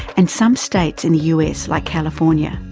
and some states in the us, like california.